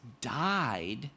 died